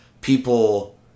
people